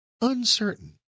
Uncertain